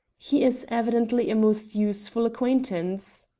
he is evidently a most useful acquaintance.